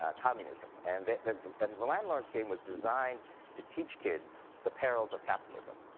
ah communism. and the the and landlord's game was designed to teach kids the perils of capitalism.